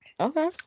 Okay